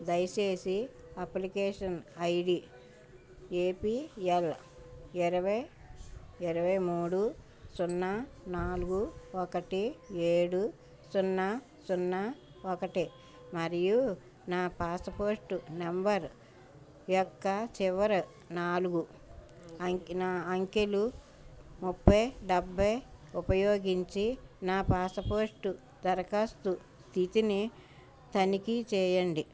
దయసేసి application ID APL ఇరవై ఇరవై మూడు సున్నా నాలుగు ఒకటి ఏడు సున్నా సున్నా ఒకటి మరియు నా పాస్పోర్టు నంబర్ యొక్క చివరి నాలుగు అంకెలు ముప్పై డెబ్భై ఉపయోగించి నా పాస్పోర్టు దరఖాస్తు స్థితిని తనిఖీ చేయండి